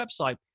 website